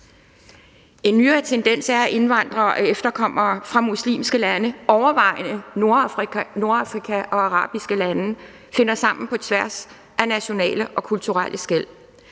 En nyere tendens er, at indvandrere og efterkommere fra muslimske lande, overvejende fra Nordafrika og arabiske lande, finder sammen på tværs af nationale og kulturelle skel.